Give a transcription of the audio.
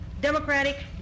democratic